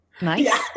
Nice